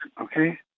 okay